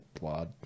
blood